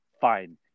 Fine